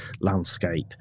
landscape